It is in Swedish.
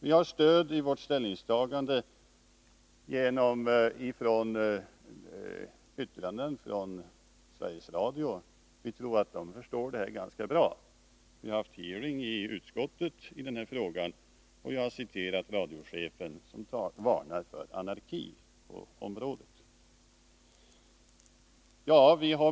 Vi har i vårt ställningstagande stöd av yttranden från Sveriges Radio. Vi tror att man där förstår det här ganska bra. Vi har i utskottet haft en hearing i den här frågan, och jag har citerat radiochefen, som varnar för anarki på området.